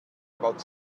about